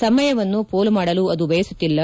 ಸಮಯವನ್ನು ಮೋಲು ಮಾಡಲು ಆದು ಬಯಸುತ್ತಿಲ್ಲ